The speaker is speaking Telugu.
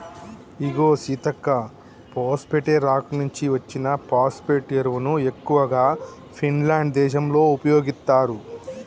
ఇగో సీతక్క పోస్ఫేటే రాక్ నుంచి అచ్చిన ఫోస్పటే ఎరువును ఎక్కువగా ఫిన్లాండ్ దేశంలో ఉపయోగిత్తారు